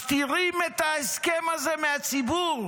מסתירים את ההסכם הזה מהציבור.